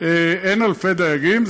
אין אלפי דייגים,